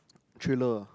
thriller